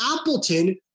Appleton